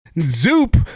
zoop